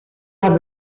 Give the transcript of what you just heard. have